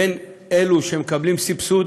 בין אלו שמקבלים סבסוד